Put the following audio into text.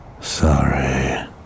sorry